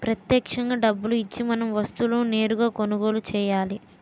ప్రత్యక్షంగా డబ్బులు ఇచ్చి మనం వస్తువులను నేరుగా కొనుగోలు చేయాలి